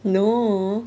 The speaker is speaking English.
no